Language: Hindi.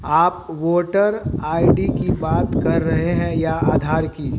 आप वोटर आई डी कि बात कर रहे हैं या आधार की